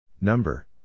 Number